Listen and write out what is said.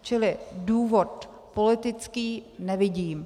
Čili důvod politický nevidím.